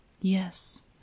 Yes